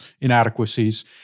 inadequacies